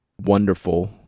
wonderful